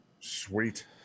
Sweet